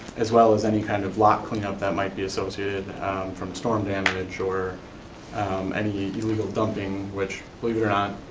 as well as any kind of lot clean up that might be associated from storm damage or any illegal dumping which, believe it or not,